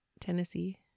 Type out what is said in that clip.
Tennessee